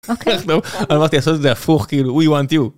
אמרתי לעשות את זה הפוך, כאילו, ווי וואנט יו.